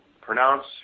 pronounce